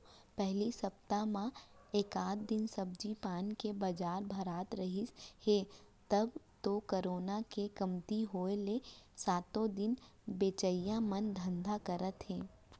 पहिली सप्ता म एकात दिन सब्जी पान के बजार भरात रिहिस हे अब तो करोना के कमती होय ले सातो दिन बेचइया मन धंधा करत हे